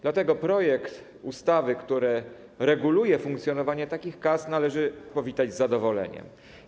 Dlatego projekt ustawy, która reguluje funkcjonowanie takich kas, należy powitać z zadowoleniem.